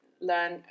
learn